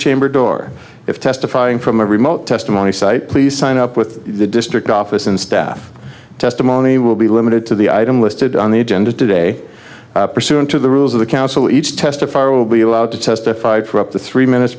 chamber door if testifying from a remote testimony site please sign up with the district office and staff testimony will be limited to the item listed on the agenda today pursuant to the rules of the counsel each testify will be allowed to testify for up to three minutes